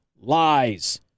Lies